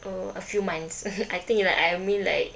uh few months I think like I mean like